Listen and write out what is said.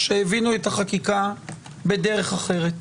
והבינו את החקיקה בדרך אחרת.